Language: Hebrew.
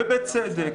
ובצדק,